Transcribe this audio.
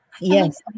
Yes